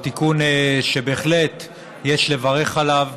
הוא תיקון שבהחלט יש לברך עליו,